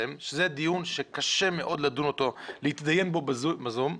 שזה דיון שקשה מאוד להתדיין בו ב"זום",